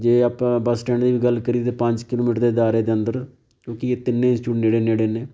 ਜੇ ਆਪਾਂ bus stand ਦੀ ਵੀ ਗੱਲ ਕਰੀਏ ਤਾਂ ਪੰਜ ਕਿਲੋਮੀਟਰ ਦੇ ਦਾਇਰੇ ਦੇ ਅੰਦਰ ਕਿਉਂਕਿ ਇਹ ਤਿੰਨੇ ਇੰਸਟੀਚਿਊਟ ਨੇੜੇ ਨੇੜੇ ਨੇ